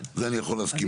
זה אני יכול להסכים איתך.